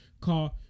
Car